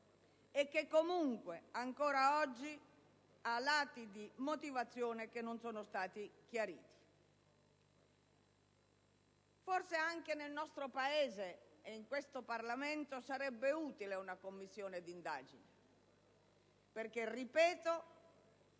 e che comunque ancora oggi presenta lati di motivazione che non sono stati chiariti. Forse anche nel nostro Paese e in questo Parlamento sarebbe utile una Commissione d'inchiesta. Ripeto,